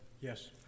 Yes